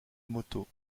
motos